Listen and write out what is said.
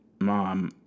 mom